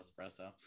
espresso